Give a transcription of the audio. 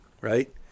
right